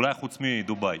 אולי חוץ מדובאי.